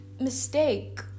mistake